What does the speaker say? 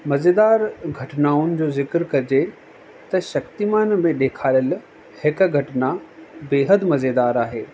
मज़ेदार घटनाउनि जो ज़िक्र कजे त शक्तिमान में ॾेखारियल हिकु घटना बेहद मज़ेदार आहे